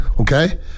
okay